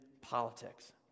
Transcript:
politics